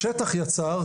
השטח יצר,